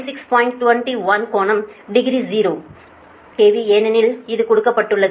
21 கோணம் 0 degree KV ஏனெனில் இது கொடுக்கப்பட்டுள்ளது